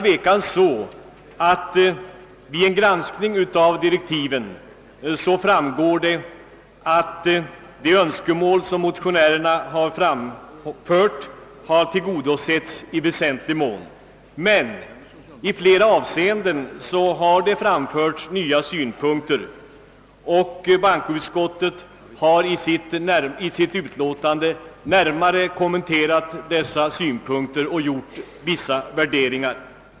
Vid en granskning av direktiven framgår att de önskemål som motionärerna framfört tillgodosetts i väsentlig mån. Men i flera avseenden har nya synpunkter fram förts, och bankoutskottet har i sitt utlåtande närmare kommenterat dessa och gjort vissa värderingar.